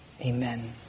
amen